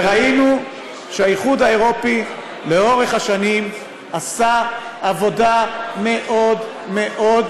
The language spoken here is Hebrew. וראינו שהאיחוד האירופי לאורך השנים עשה עבודה מאוד מאוד